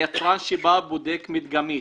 היצרן שבא ובודק מדגמית,